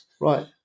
Right